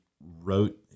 wrote